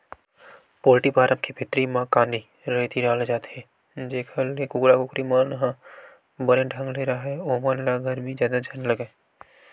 poultry farm के भीतरी म कांदी, रेती डाले जाथे जेखर ले कुकरा कुकरी मन ह बने ढंग ले राहय ओमन ल गरमी जादा झन लगय